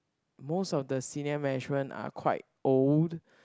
most of the senior management are quite old